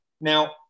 Now